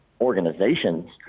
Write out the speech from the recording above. organizations